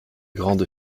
grandes